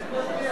איך הוא מצביע?